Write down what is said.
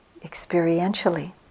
experientially